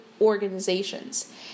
organizations